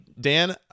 Dan